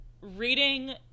reading